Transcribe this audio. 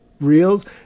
Reels